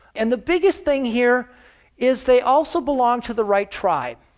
and the biggest thing here is they also belong to the right tribe.